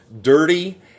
dirty